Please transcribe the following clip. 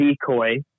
decoy